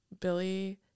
Billy